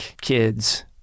kids